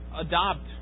adopt